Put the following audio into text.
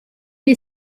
est